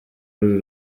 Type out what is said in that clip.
uru